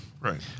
Right